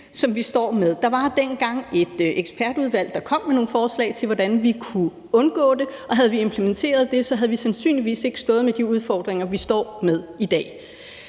som vi står med. Der var dengang et ekspertudvalg, der kom med nogle forslag til, hvordan vi kunne undgå det, og havde vi implementeret det, så havde vi sandsynligvis ikke stået med de udfordringer, vi står med i dag.